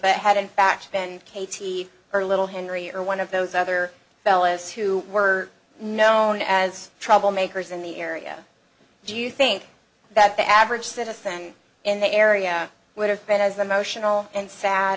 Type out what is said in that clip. but had in fact been katie or little henry or one of those other fellas who were known as troublemakers in the area do you think that the average citizen in the area would have been as the motional and s